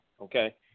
Okay